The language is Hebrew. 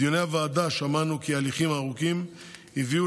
בדיוני הוועדה שמענו כי ההליכים הארוכים הביאו